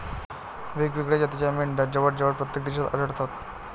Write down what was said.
वेगवेगळ्या जातीच्या मेंढ्या जवळजवळ प्रत्येक देशात आढळतात